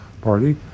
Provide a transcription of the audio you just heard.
party